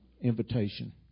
invitation